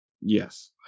Yes